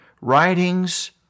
writings